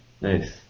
Nice